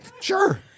Sure